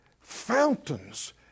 fountains